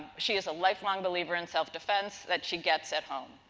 she is a lifelong believer in self-defense that she gets at home.